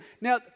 Now